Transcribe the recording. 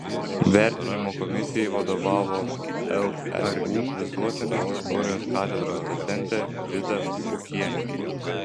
vertinimo komisijai vadovavo leu visuotinės istorijos katedros docentė vida pukienė